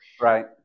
Right